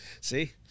See